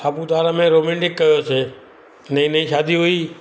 सापुतारा में रोमेंटिक कयोसीं नई नई शादी हुई